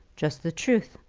just the truth.